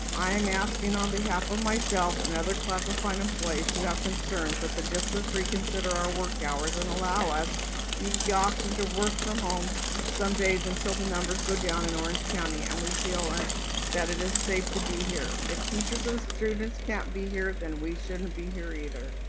i'm asking on behalf of myself and other classified employees who have concerns that the district could reconsider our work hours and allow us the option to work from home some days until the numbers go down in orange county and we feel that it is safe to be here. if teachers and students can't be here, then we shouldn't be here either.